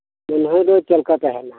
ᱢᱟᱹᱱᱦᱟᱹᱫᱚ ᱪᱮᱫᱞᱮᱠᱟ ᱛᱟᱦᱮᱱᱟ